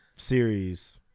Series